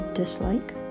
dislike